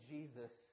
Jesus